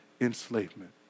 enslavement